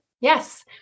Yes